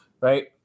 right